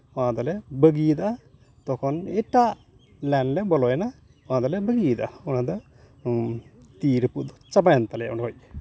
ᱚᱱᱟ ᱫᱚᱞᱮ ᱵᱟᱹᱜᱤᱭᱟᱫᱟ ᱛᱚᱠᱷᱚᱱ ᱮᱴᱟᱜ ᱞᱟᱭᱤᱱ ᱞᱮ ᱵᱚᱞᱚᱭᱮᱱᱟ ᱚᱱᱟ ᱫᱚᱞᱮ ᱵᱟᱹᱜᱤᱭᱟᱫᱟ ᱚᱱᱟ ᱫᱚ ᱛᱤ ᱨᱟᱹᱯᱩᱫ ᱫᱚ ᱪᱟᱵᱟᱭᱮᱱ ᱛᱟᱞᱮᱭᱟ ᱚᱸᱰᱮ ᱠᱷᱚᱱ ᱜᱮ